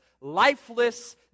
lifeless